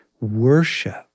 worship